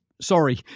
Sorry